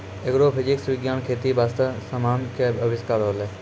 agrophysics विज्ञान खेती बास्ते समान के अविष्कार होलै